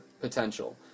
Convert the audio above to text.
potential